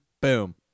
boom